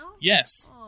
Yes